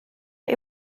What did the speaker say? der